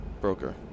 broker